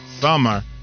summer